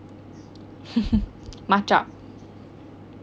matcha